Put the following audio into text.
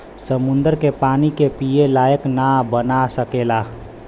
समुन्दर के पानी के पिए लायक ना बना सकेला